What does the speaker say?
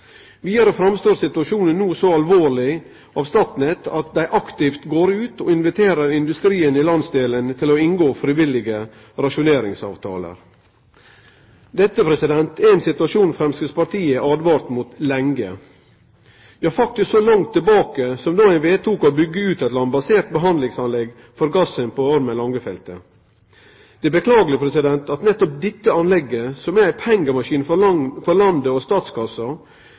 Vidare vurderer Statnett no situasjonen som så alvorleg at dei aktivt går ut og inviterer industrien i landsdelen til å inngå frivillige rasjoneringsavtalar. Dette er ein situasjon som Framstegspartiet lenge har åtvara mot – ja, faktisk så langt tilbake som då ein vedtok å byggje ut eit landbasert behandlingsanlegg for gassen på Ormen Lange-feltet. Det er beklageleg at nettopp dette anlegget, som er ei pengemaskin for landet og statskassa, er blitt eit pengesluk for privatfolk og